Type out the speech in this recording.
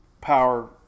power